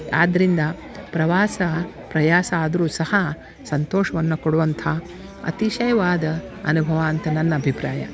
ಆದ್ದರಿಂದ ಪ್ರವಾಸ ಪ್ರಯಾಸ ಆದರೂ ಸಹ ಸಂತೋಷವನ್ನ ಕೊಡುವಂಥ ಅತಿಶಯವಾದ ಅನುಭವ ಅಂತ ನನ್ನ ಅಭಿಪ್ರಾಯ